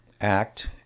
act